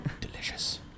Delicious